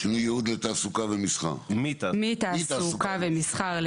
שינוי ייעוד מתעסוקה ומסחר.